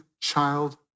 child